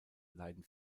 leiden